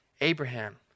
Abraham